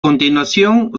continuación